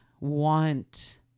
want